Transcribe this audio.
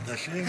חדשים?